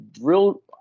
real